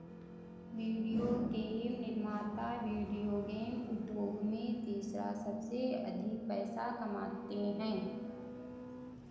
video game निर्माता video game उद्योग में तीसरा सबसे अधिक पैसा कमाते हैं